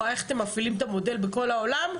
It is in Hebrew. ראה איך אתם מפעילים את המודל בכל העולם?